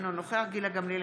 אינו נוכח גילה גמליאל,